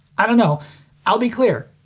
i dunno. i'll be clear,